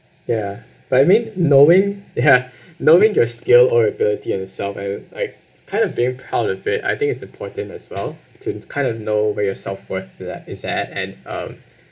ya but I mean knowing ya knowing your skill or ability in yourself I would like kind of being proud of it I think it's important as well to kind of know where your self worth to that is at at and um